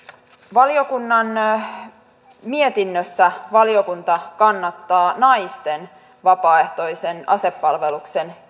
valiokunnan mietinnössä valiokunta kannattaa naisten vapaaehtoisen asepalveluksen